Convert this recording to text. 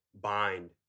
bind